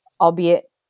albeit